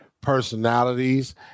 personalities